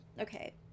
okay